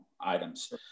items